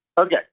Okay